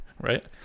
right